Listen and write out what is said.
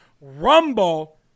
RUMBLE